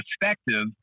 perspective